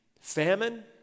famine